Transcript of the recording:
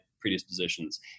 predispositions